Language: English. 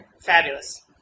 Fabulous